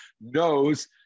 knows